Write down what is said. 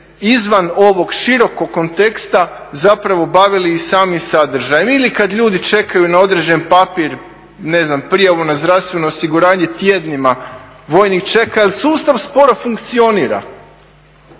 izvan ovog širokog konteksta zapravo bavili i samim sadržajem. Ili kad ljudi čekaju na određen papir, ne znam, prijavu na zdravstveno osiguranje tjednima, vojnik čeka jer sustav sporo funkcionira.